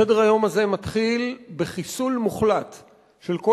סדר-היום הזה מתחיל בחיסול מוחלט של כל